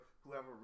whoever